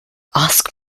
ask